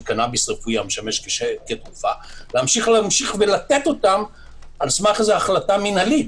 קנאביס רפואי שמשמש כתרופה להמשיך לתת אותם על סמך החלטה מינהלית.